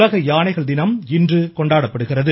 உலக யானைகள் தினம் இன்று கொண்டாடப்படுகிறது